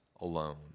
alone